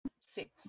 six